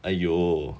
!aiyo!